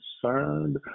concerned